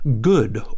good